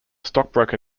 stockbroker